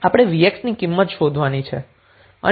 આપણે vx ની કિંમત શોધવાની છે